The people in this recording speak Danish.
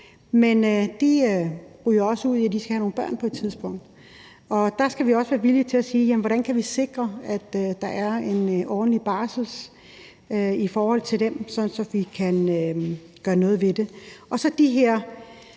Men de ryger også ud i, at de skal have nogle børn på et tidspunkt, og der skal vi også være villige til at se på, hvordan vi kan sikre, at der er en ordentlig barsel for dem, og gøre noget ved det.